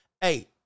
Hey